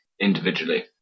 individually